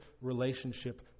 relationship